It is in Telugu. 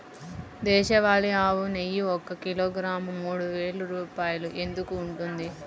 దేశవాళీ ఆవు నెయ్యి ఒక కిలోగ్రాము మూడు వేలు రూపాయలు ఎందుకు ఉంటుంది?